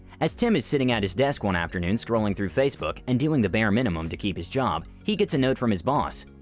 as tim is sitting at his desk one afternoon scrolling through facebook and doing the bare minimum to keep his job, he gets a note from his boss.